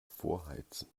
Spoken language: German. vorheizen